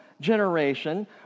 generation